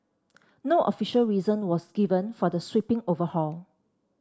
no official reason was given for the sweeping overhaul